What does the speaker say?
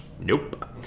nope